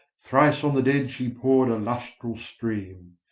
thrice on the dead she poured a lustral stream.